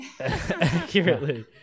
accurately